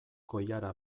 koilara